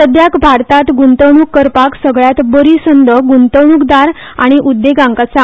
सध्याक भारतात ग्ंतवण्क करपाक सगल्यात बरी संद गुंतवणुकदार आनी उद्देगांक आसा